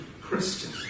Christian